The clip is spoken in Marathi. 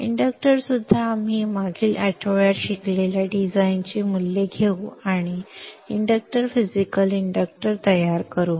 इंडक्टर सुद्धा आम्ही मागील आठवड्यात शिकलेल्या डिझाईनची मूल्ये घेऊ आणि इंडक्टर फिजिकल इंडक्टर तयार करू